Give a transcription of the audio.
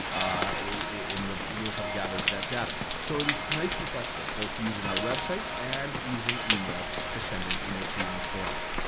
it and will will have gathered that data. so it's nice and flexible, both using our website and using email for sending and receiving forms.